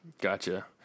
Gotcha